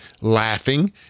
laughing